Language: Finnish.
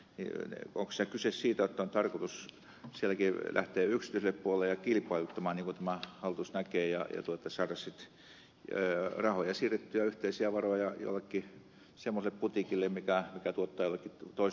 onko siinä kyse siitä jotta on tarkoitus sielläkin lähteä yksityiselle puolelle ja kilpailuttamaan niin kuin tämä hallitus näkee ja saada sitten rahoja siirrettyä yhteisiä varoja jollekin semmoiselle putiikille mikä tuottaa jollekin toiselle voittoa